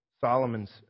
Solomon's